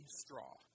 straw